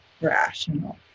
rational